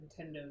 nintendo